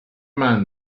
mind